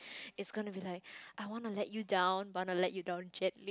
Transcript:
it's gonna be like I want to let you down but I want to let you down gently